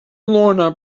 lorna